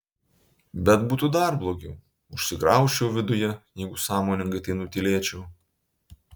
bet būtų dar blogiau užsigraužčiau viduje jeigu sąmoningai tai nutylėčiau